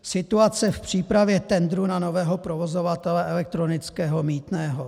Situace v přípravě tendrů na nového provozovatele elektronického mýtného.